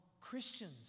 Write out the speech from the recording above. Christians